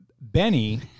Benny